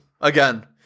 again